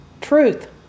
Truth